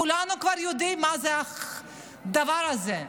כולנו כבר יודעים מה זה הדבר הזה,